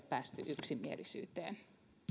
päästy yksimielisyyteen